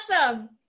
awesome